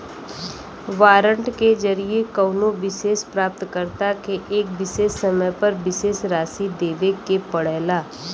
warrant के जरिये कउनो विशेष प्राप्तकर्ता के एक विशेष समय पर विशेष राशि देवे के पड़ला